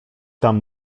tam